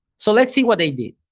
so let's see what they did.